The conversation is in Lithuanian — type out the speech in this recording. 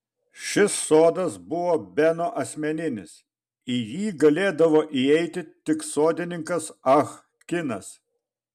šis sodas buvo beno asmeninis į jį galėdavo įeiti tik sodininkas ah kinas